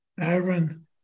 Aaron